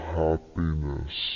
happiness